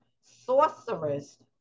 sorcerers